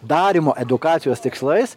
darymo edukacijos tikslais